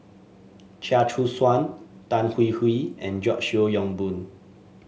Chia Choo Suan Tan Hwee Hwee and George Yeo Yong Boon